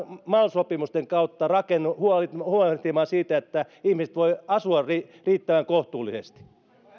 mal sopimusten kautta huolehtimaan huolehtimaan siitä että ihmiset voivat asua riittävän kohtuullisesti